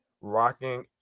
rocking